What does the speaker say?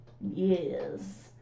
Yes